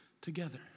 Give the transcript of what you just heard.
together